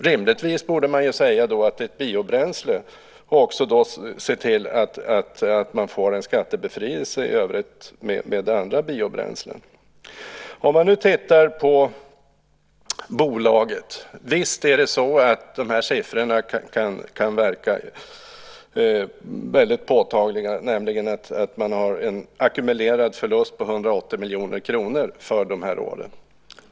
Rimligtvis borde man då se till att det blir samma skattebefrielse för torven som för andra biobränslen. Visst visar bolagets siffror på en ackumulerad förlust på 180 miljoner kronor för de här åren.